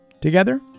Together